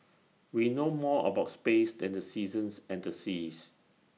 we know more about space than the seasons and the seas